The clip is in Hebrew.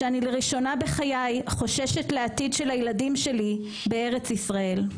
שאני לראשונה בחיי חוששת לעתיד של הילדים שלי בארץ ישראל.